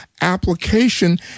application